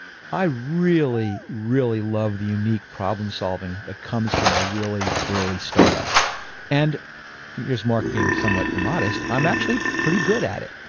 i really really love the unique problem solving that comes from a really early startup and here's mark being somewhat immodest. i'm actually pretty good at it.